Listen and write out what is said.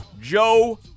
Joe